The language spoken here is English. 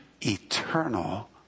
eternal